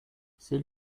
c’est